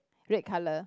red colour